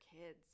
kids